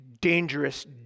dangerous